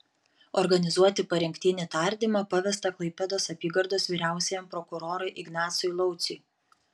organizuoti parengtinį tardymą pavesta klaipėdos apygardos vyriausiajam prokurorui ignacui lauciui